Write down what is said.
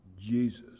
Jesus